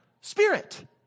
Spirit